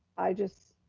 i just,